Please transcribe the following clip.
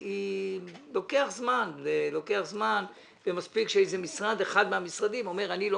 לוקח זמן ומספיק שאחד המשרדים אומר: אני לא